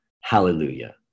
hallelujah